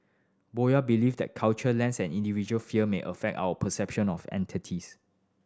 Boyd believe that cultural lens and individual fear may affect our perception of entities